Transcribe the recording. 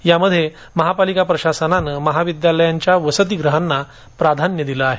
यासाठी महापालिका प्रशासनाने महाविद्यालयांच्या वसतिगृहांना प्राधान्य दिले आहे